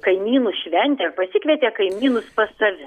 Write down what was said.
kaimynų šventę pasikvietė kaimynus pas save